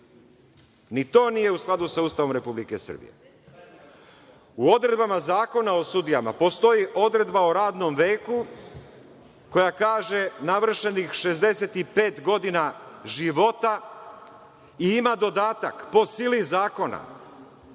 i to nije u skladu sa Ustavom Republike Srbije. U odredbama Zakona o sudijama, postoji odredba o radnom veku, koja kaže – navršenih 65 godina života ima dodatak po sili zakona.